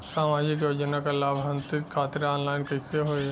सामाजिक योजना क लाभान्वित खातिर ऑनलाइन कईसे होई?